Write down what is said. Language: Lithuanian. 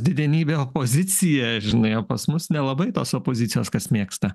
didenybė opozicija žinai o pas mus nelabai tos opozicijos kas mėgsta